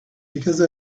because